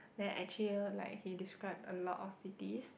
then actually like he describe a lot of cities